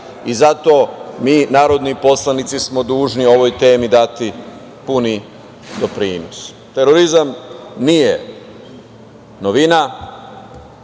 i zato mi narodni poslanici smo duži ovoj temi dati puni doprinos. Terorizam nije novina